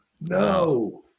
no